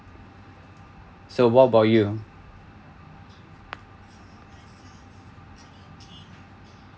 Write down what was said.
so what about you